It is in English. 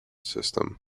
system